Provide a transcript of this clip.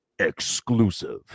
Exclusive